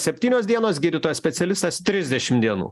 septynios dienos gydytojas specialistas trisdešim dienų